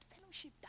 fellowship